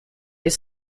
ist